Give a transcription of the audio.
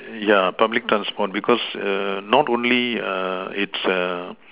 yeah public transport because err not only err it's err